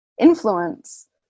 influence